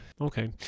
Okay